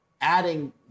adding